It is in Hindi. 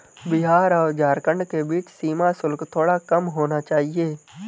बिहार और झारखंड के बीच सीमा शुल्क थोड़ा कम होना चाहिए